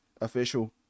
official